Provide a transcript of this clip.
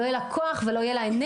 לא יהיה לה כוח, לא יהיו לה אנרגיות.